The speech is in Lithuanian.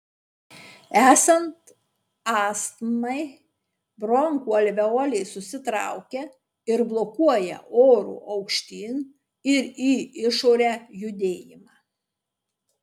esant astmai bronchų alveolės susitraukia ir blokuoja oro aukštyn ir į išorę judėjimą